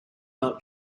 out